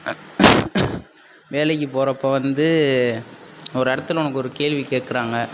வேலைக்கு போகிறப்போ வந்து ஒரு இடத்துல உனக்கு ஒரு கேள்வி கேட்கறாங்க